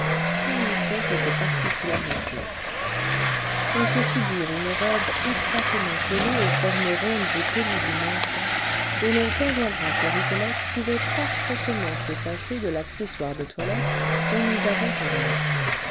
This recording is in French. trahissaient cette particularité qu'on se figure une robe étroitement collée aux formes rondes et polies du marbre et l'on conviendra que rigolette pouvait parfaitement se passer de l'accessoire de toilette dont nous avons parlé